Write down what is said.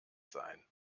sein